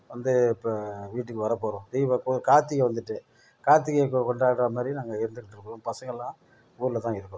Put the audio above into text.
வந்து இப்போ வீட்டுக்கு வர போகிறோம் லீவ் அப்போது கார்த்திகை வந்துவிட்டு கார்த்திகைக்கு கொண்டாடுகிற மாதிரி நாங்கள் இருந்துகிட்ருக்கிறோம் பசங்கள்லாம் ஊரில் தான் இருக்கிறோம்